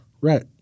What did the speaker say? Right